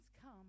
come